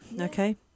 okay